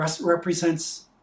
represents